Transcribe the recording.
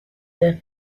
the